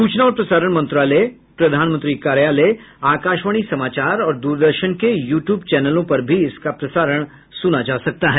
सूचना और प्रसारण मंत्रालय प्रधानमंत्री कार्यालय आकाशवाणी समाचार और दूरदर्शन के यू ट्यूब चैनलों पर भी इसका प्रसारण सुना जा सकता है